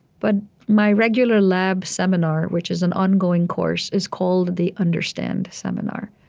but my regular lab seminar, which is an ongoing course, is called the understand seminar.